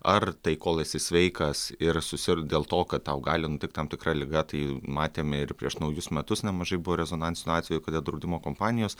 ar tai kol esi sveikas ir susirgt dėl to kad tau gali nutikt tam tikra liga tai matėme ir prieš naujus metus nemažai buvo rezonansinių atvejų kada draudimo kompanijos